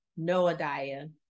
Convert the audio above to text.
Noadiah